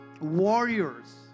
warriors